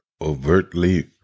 overtly